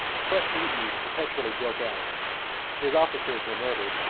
fresh mutinies perpetually broke out his officers were murdered,